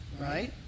right